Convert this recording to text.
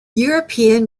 european